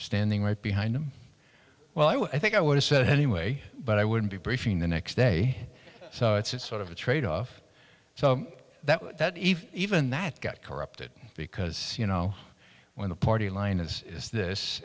standing right behind him well i think i would have said anyway but i wouldn't be briefing the next day so it's sort of a trade off so that even that got corrupted because you know when the party line is is this